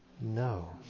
No